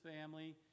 family